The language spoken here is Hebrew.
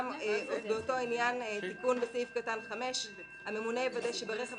באותו עניין תיקון בסעיף קטן (5): "הממונה יוודא שברכב